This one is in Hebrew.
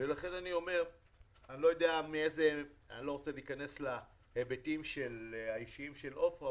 אני לא רוצה להיכנס להיבטים האישיים של עפרה,